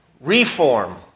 reform